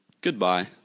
goodbye